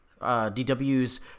DW's